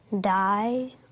die